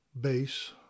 bass